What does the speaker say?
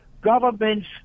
Governments